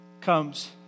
comes